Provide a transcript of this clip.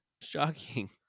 shocking